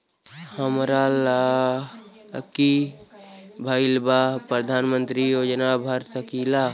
हमार लड़की भईल बा प्रधानमंत्री योजना भर सकीला?